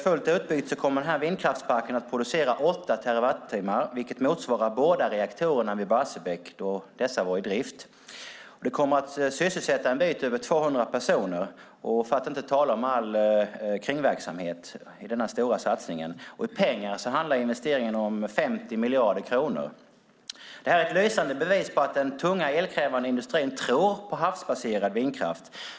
Fullt utbyggd kommer vindkraftsparken att producera åtta terawattimmar, vilket motsvarar båda reaktorerna vid Barsebäck när de var i drift. Projektet kommer att sysselsätta mer än 200 personer, för att inte tala om all kringverksamhet runt denna stora satsning. I pengar handlar investeringen om 50 miljarder kronor. Det är ett lysande bevis på att den tunga elkrävande industrin tror på havsbaserad vindkraft.